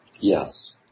Yes